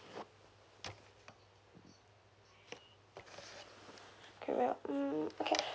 carry up mm okay